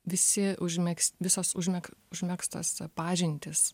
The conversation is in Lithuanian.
visi užmegs visos užmeg užmegztos pažintys